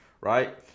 right